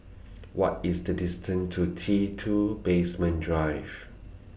What IS The distance to T two Basement Drive